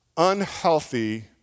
Unhealthy